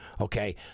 okay